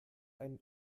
ein